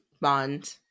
bond